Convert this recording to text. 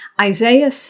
Isaiah